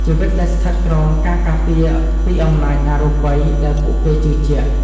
ជីវិតដែលស្ថិតក្រោមការការពារពីអំណាចអរូបីដែលពួកគេជឿជាក់។